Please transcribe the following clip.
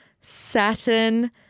Saturn